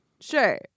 sure